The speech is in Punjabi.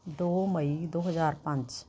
ਦੋ ਮਈ ਦੋ ਹਜ਼ਾਰ ਪੰਜ